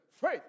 faith